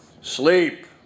Sleep